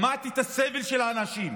שמעתי את הסבל של האנשים.